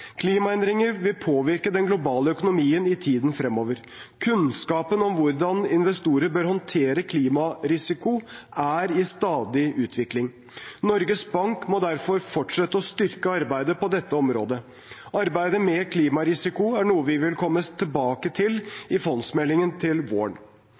Klimaendringer vil påvirke den globale økonomien i tiden fremover. Kunnskapen om hvordan investorer bør håndtere klimarisiko, er i stadig utvikling. Norges Bank må derfor fortsette å styrke arbeidet på dette området. Arbeidet med klimarisiko er noe vi vil komme tilbake til i fondsmeldingen til våren.